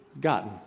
gotten